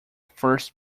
first